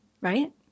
right